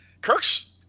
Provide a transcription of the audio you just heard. kirk's